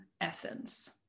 essence